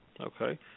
Okay